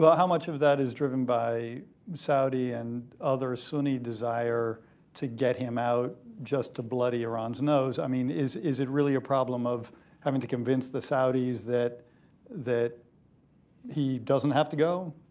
but how much of that is driven by saudi and other sunni desire to get him out, just to bloody irans nose? i mean, is is it really a problem of having to convince the saudis that that he doesnt have to go?